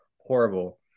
horrible